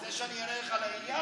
אתה רוצה שאני אענה לך לעניין?